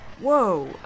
Whoa